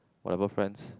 whatever friends